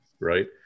right